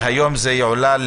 היום זה יועלה,